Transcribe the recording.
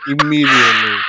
immediately